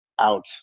out